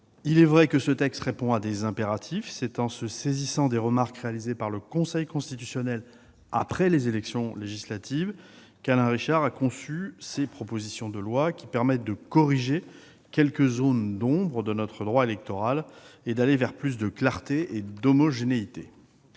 Il est vrai que ces textes répondent à des impératifs. C'est en se saisissant des remarques réalisées par le Conseil constitutionnel après les élections législatives qu'Alain Richard a conçu ces propositions de loi, qui permettent de corriger quelques zones d'ombre de notre droit électoral et d'aller vers plus de clarté et d'homogénéité.